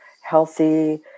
healthy